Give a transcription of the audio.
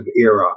era